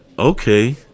Okay